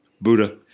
Buddha